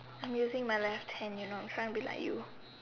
I'm using my left hand you know trying to be like you